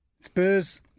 Spurs